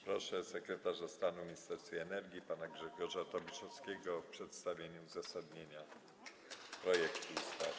Proszę sekretarza stanu w Ministerstwie Energii pana Grzegorza Tobiszowskiego o przedstawienie uzasadnienia projektu ustawy.